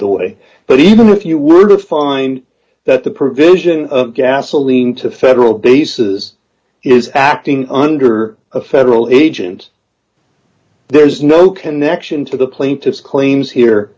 the way but even if you were to find that the provision of gasoline to federal basis is acting under a federal agent there's no connection to the plaintiff's claims here